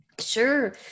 Sure